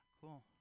Cool